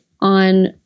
on